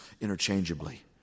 interchangeably